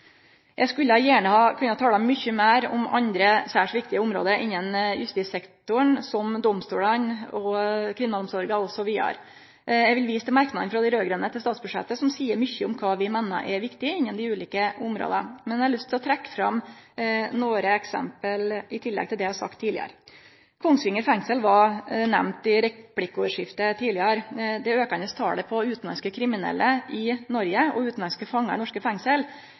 Eg skulle gjerne kunne ha sagt mykje meir om andre særs viktige område innen justissektoren, som domstolane og kriminalomsorgen osv. Eg vil vise til merknadene frå dei raud-grøne til statsbudsjettet, som seier mykje om kva vi meiner er viktig innanfor dei ulike områda, men eg har òg lyst til å trekke fram nokre eksempel i tillegg til det eg har sagt tidlegare. Kongsvinger fengsel vart nemnt i replikkordskiftet tidlegare i dag. Det aukande talet på utenlandske kriminelle i Noreg og utanlandske fangar i norske fengsel